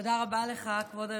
תודה רבה לך, כבוד היושב-ראש.